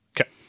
Okay